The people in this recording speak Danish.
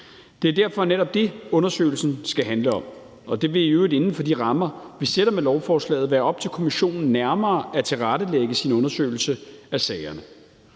Det er derfor netop det, undersøgelsen skal handle om. Det vil i øvrigt inden for de rammer, vi sætter med lovforslaget, være op til kommissionen nærmere at tilrettelægge sin undersøgelse af sagerne.